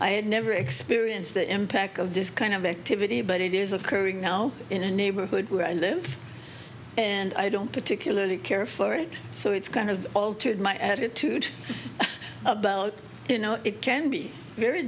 i had never experienced the impact of this kind of activity but it is occurring now in a neighborhood where i live and i don't particularly care for it so it's kind of altered my attitude about you know it can be very